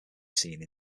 scene